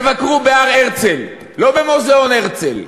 תבקרו בהר-הרצל, לא במוזיאון הרצל,